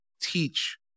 teach